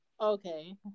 Okay